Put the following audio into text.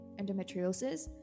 endometriosis